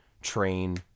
train